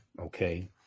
okay